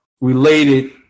related